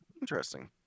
interesting